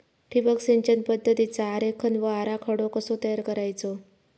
ठिबक सिंचन पद्धतीचा आरेखन व आराखडो कसो तयार करायचो?